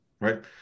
right